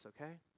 okay